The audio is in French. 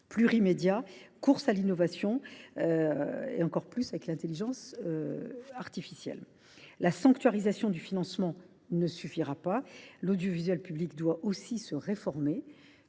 plurimédias, course à l’innovation encore exacerbée avec l’intelligence artificielle. La sanctuarisation du financement ne suffira pas. L’audiovisuel public doit aussi se réformer.